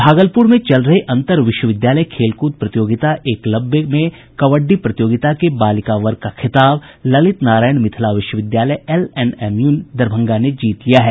भागलपूर में चल रहे अंतर विश्वविद्यालय खेल कृद प्रतियोगिता एकलव्य में कबड्डी प्रतियोगिता के बालिका वर्ग का खिताब ललित नारायण मिथिला विश्वविद्यालय एलएनएमयू दरभंगा ने जीत लिया है